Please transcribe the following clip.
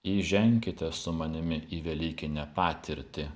įženkite su manimi į velykinę patirtį